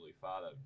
father